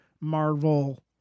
Marvel